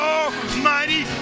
Almighty